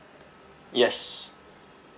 yes